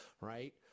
right